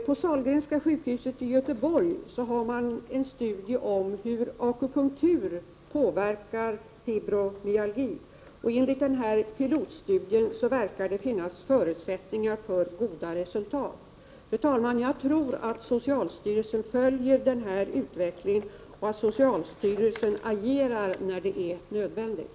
På Sahlgrenska sjukhuset i Göteborg görs en studie om hur akupunktur påverkar fibromyalgi, och enligt denna pilotstudie verkar det finnas förutsättningar för goda resultat. Fru talman! Jag tror att socialstyrelsen följer den här utvecklingen och att socialstyrelsen agerar när det är nödvändigt.